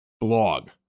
blog